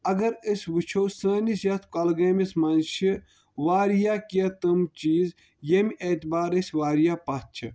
اَگر أسۍ وٕچھو سٲنِس یَتھ کۄلگٲمِس منٛز چھِ واریاہ کیٚنٛہہ تِم چیٖز ییٚمہِ اعتبار أسۍ واریاہ پَتھ چھِ